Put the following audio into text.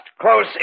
close